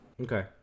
Okay